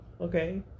Okay